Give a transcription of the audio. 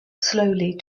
slowly